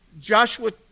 Joshua